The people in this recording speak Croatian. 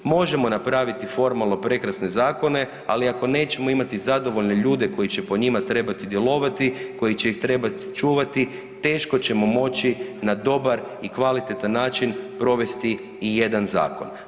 Možemo napraviti formalno prekrasne zakone, ali ako nećemo imati zadovoljne ljude koji će po njima trebati djelovati, koji će ih trebati čuvati teško ćemo moći na dobar i kvalitetan način provesti ijedan zakon.